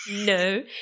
No